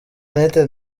united